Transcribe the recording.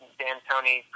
D'Antoni